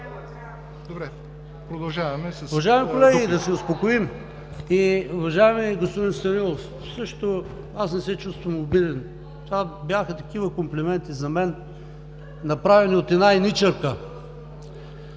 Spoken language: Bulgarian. ПАВЕЛ ШОПОВ (ОП): Уважаеми колеги, да се успокоим. Уважаеми господин Станилов, аз не се чувствам обиден. Това бяха такива комплименти за мен, направени от една еничарка.